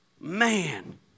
Man